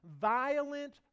violent